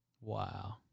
Wow